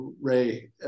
Ray